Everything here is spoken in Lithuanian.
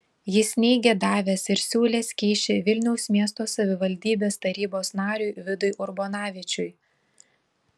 jis neigė davęs ir siūlęs kyšį vilniaus miesto savivaldybės tarybos nariui vidui urbonavičiui